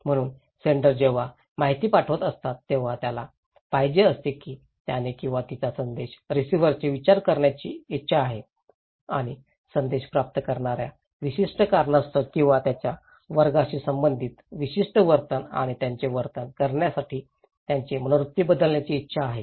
म्हणून सेण्डर जेव्हा माहिती पाठवत असतात तेव्हा त्याला पाहिजे असते की त्याने किंवा तिचा संदेश रिसिव्हरचे विचार बदलण्याची इच्छा आहे आणि संदेश प्राप्त करणाऱ्याना विशिष्ट कारणास्तव किंवा त्यांच्या वर्गाशी संबंधित विशिष्ट वर्तन आणि त्यांचे वर्तन बदलण्यासाठी त्यांची मनोवृत्ती बदलण्याची इच्छा आहे